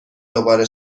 دوباره